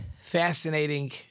fascinating